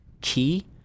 key